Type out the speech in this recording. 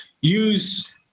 use